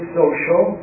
social